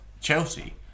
Chelsea